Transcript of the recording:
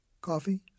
Coffee